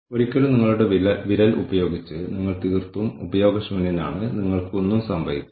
അതുപോലെ നമ്മളുടെ കാഴ്ചപ്പാട് എന്താണെന്ന് നമ്മളുടെ ഉപഭോക്താക്കളെ സ്വാധീനിക്കും